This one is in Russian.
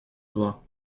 два